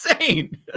insane